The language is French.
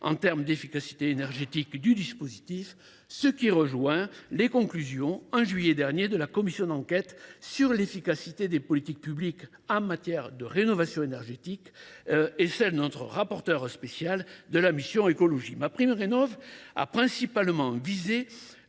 en termes d’efficacité énergétique » du dispositif, ce qui rejoint les conclusions, publiées en juillet dernier, de la commission d’enquête sur l’efficacité des politiques publiques en matière de rénovation énergétique et celles de notre rapporteur spécial de la mission « Écologie, développement et